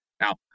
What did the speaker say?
Now